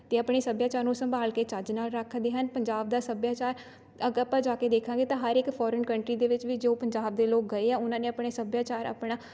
ਅਤੇ ਆਪਣੇ ਸੱਭਿਆਚਾਰ ਨੂੰ ਸੰਭਾਲ ਕੇ ਚੱਜ ਨਾਲ਼ ਰੱਖਦੇ ਹਨ ਪੰਜਾਬ ਦਾ ਸੱਭਿਆਚਾਰ ਅਗ ਆਪਾਂ ਜਾ ਕੇ ਦੇਖਾਂਗੇ ਤਾਂ ਹਰ ਇੱਕ ਫੋਰਨ ਕੰਨਟਰੀ ਦੇ ਵਿੱਚ ਵੀ ਜੋ ਪੰਜਾਬ ਦੇ ਲੋਕ ਗਏ ਆ ਉਹਨਾਂ ਨੇ ਆਪਣੇ ਸੱਭਿਆਚਾਰ ਆਪਣਾ